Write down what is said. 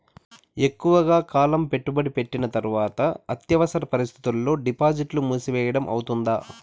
ఎక్కువగా కాలం పెట్టుబడి పెట్టిన తర్వాత అత్యవసర పరిస్థితుల్లో డిపాజిట్లు మూసివేయడం అవుతుందా?